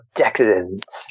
decadence